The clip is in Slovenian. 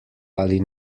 ali